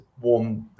warm